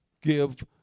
give